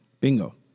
Bingo